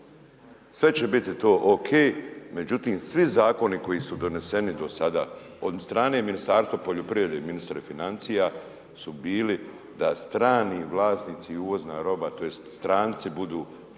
Sve će biti to ok, međutim, svi zakoni koji su doneseni do sada, od strane Ministarstva poljoprivrede, ministre financija, su bili da strani vlasnici uvozna roba, tj. stranci budu